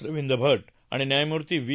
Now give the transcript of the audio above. रविंद्र भा आणि न्यायमूर्ती व्ही